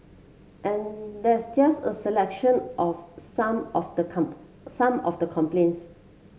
and that's just a selection of some of the come some of the complaints